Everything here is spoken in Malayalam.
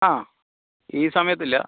ആ ഈ സമയത്ത് ഇല്ല